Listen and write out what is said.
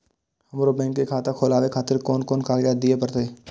हमरो बैंक के खाता खोलाबे खातिर कोन कोन कागजात दीये परतें?